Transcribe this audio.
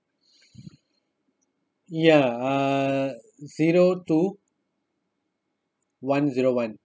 ya uh zero two one zero one